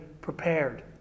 prepared